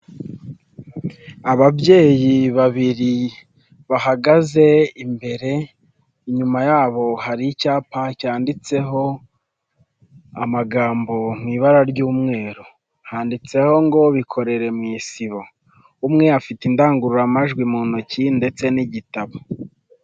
Ababyeyi babiri bahagaze imbere inyuma yabo hari icyapa cyanditseho amagambo mu ibara ry'umweru, handitseho ngo bikorere mu isibo, umwe afite indangururamajwi mu ntoki ndetse n'igitabo.